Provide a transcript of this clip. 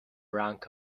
rank